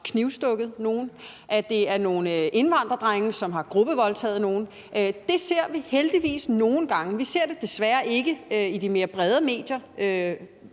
knivstukket nogen, og at det er nogle indvandrerdrenge, som har gruppevoldtaget nogen. Det ser vi heldigvis nogle gange. Vi ser det desværre ikke i de mere brede medier i